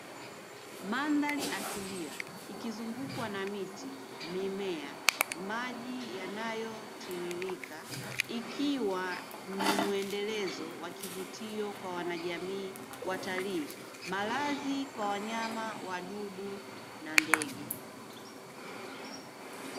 Mandhari asilia ikizungukwa na miti, mimea, maji yanayotiririka. Ikiwa ni muendelezo wa kivutio kwa wanajamii watalii, malazi kwa wanyama, wadudu na ndege.